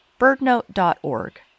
birdnote.org